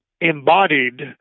embodied